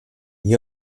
gli